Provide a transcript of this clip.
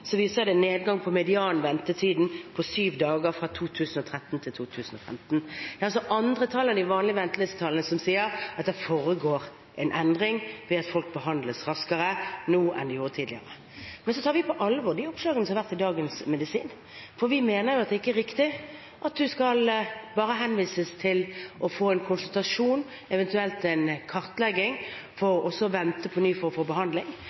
Vi ser en nedgang på medianventetiden på syv dager fra 2013 til 2015. Det er altså andre tall enn de vanlige ventelistetallene, som sier at det foregår en endring, at folk behandles raskere nå enn tidligere. Men vi tar på alvor oppslagene som har vært i Dagens Medisin, for vi mener at det ikke er riktig at man bare skal henvises for en konsultasjon, eventuelt en kartlegging, og så på nytt vente for å få behandling.